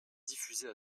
diffuser